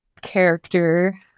character